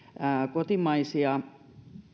kotimaisia